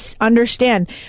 understand